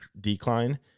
decline